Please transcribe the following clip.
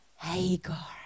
Hagar